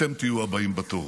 אתם תהיו הבאים בתור.